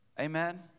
Amen